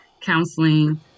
counseling